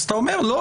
אז אתה אומר לא,